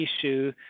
issue